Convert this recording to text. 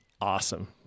Awesome